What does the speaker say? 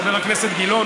חבר הכנסת גילאון,